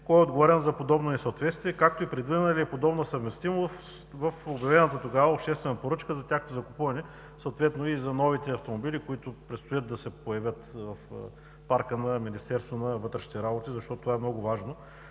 кой е отговорен за подобно несъответствие, както и предвидена ли е подобна съвместимост в обявената тогава обществена поръчка за тяхното закупуване, съответно и за новите автомобили, които предстоят да се появят в парка на Министерството на вътрешните работи, защото това е много важно